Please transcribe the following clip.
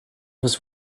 was